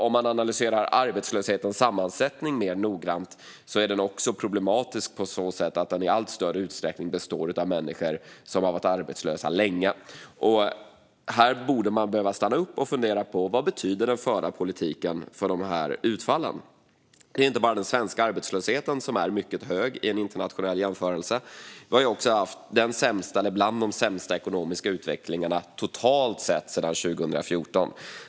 Om man analyserar arbetslöshetens sammansättning mer noggrant är den också problematisk på så sätt att den i allt större utsträckning består av människor har varit arbetslösa länge. Här borde man stanna upp och fundera på vad den förda politiken betyder för dessa utfall. Det är inte bara den svenska arbetslösheten som är mycket hög i en internationell jämförelse. Vi har också haft en av de sämsta ekonomiska utvecklingarna totalt sett sedan 2014.